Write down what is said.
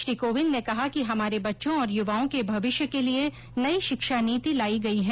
श्री कोविन्द ने कहा कि हमारे बच्चों और युवाओं के भविष्य के लिए नई शिक्षा नीति लाई गई है